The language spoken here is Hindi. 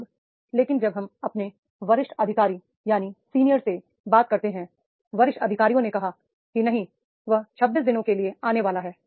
अब लेकिन जब हम अपने वरिष्ठ अधिकारी से बात करते हैं वरिष्ठ अधिकारियों ने कहा कि नहीं वह 26 दिनों के लिए आने वाले हैं